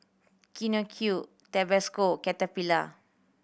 Tabasco Caterpillar